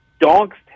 dogs